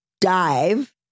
dive